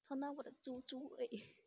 他拿我的猪猪 eh